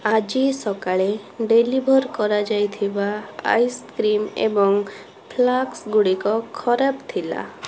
ଆଜି ସକାଳେ ଡେଲିଭର୍ କରାଯାଇଥିବା ଆଇସ୍କ୍ରିମ୍ ଏବଂ ଫ୍ଲାସ୍କ୍ ଗୁଡ଼ିକ ଖରାପ ଥିଲା